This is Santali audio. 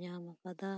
ᱧᱟᱢ ᱠᱟᱫᱟ